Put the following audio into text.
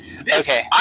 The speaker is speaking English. Okay